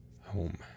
home